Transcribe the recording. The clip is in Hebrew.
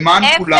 למען כולנו,